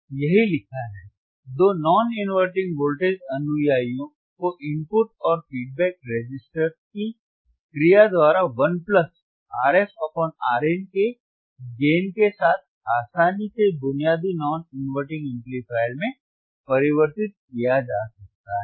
यही लिखा है दो नॉन इनवर्टिंग वोल्टेज अनुयायियों को इनपुट और फीडबैक रेसिस्टर्स की क्रिया द्वारा 1 RfRin के गेन के साथ आसानी से बुनियादी नॉन इनवर्टिंग एम्पलीफायर में परिवर्तित किया जा सकता है